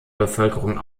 bevölkerung